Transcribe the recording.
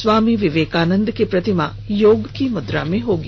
स्वामी विवेकानंद की प्रतिमा योग की मुद्रा में होगी